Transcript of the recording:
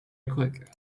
quick